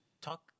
talk